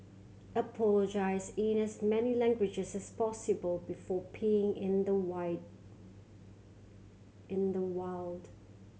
apologise in as many languages as possible before peeing in the wild